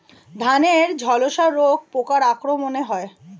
ধানের ঝলসা রোগ পোকার আক্রমণে হয়?